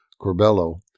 Corbello